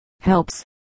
helps